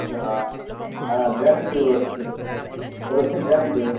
ஆ guarantee ஒரு வருடத்துக்கு ஒரு வருடம் கேரண்டி